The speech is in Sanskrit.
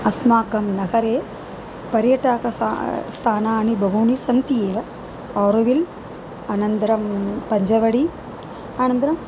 अस्माकं नगरे पर्यटकं सा स्थानानि बहूनि सन्ति एव अरोविल् अनन्तरं पञ्जवडी अनन्तरम्